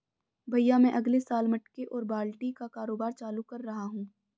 भैया मैं अगले साल मटके और बाल्टी का कारोबार चालू कर रहा हूं